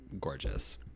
gorgeous